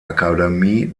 akademie